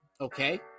okay